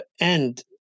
and-